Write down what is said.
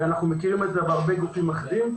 אנחנו מכירים את זה בהרבה גופים אחרים.